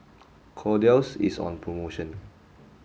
Kordel's is on promotion